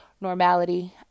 normality